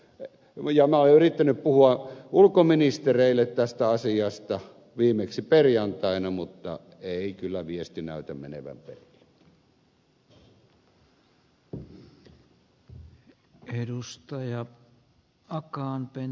minä olen yrittänyt puhua ulkoministereille tästä asiasta viimeksi perjantaina mutta ei kyllä viesti näytä menevän perille